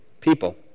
people